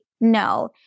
no